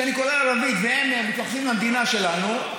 שאני קורא ערבית והם מתייחסים למדינה שלנו,